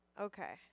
Okay